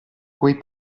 quei